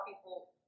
people